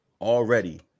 already